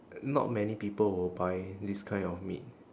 not many people will buy this kind of meat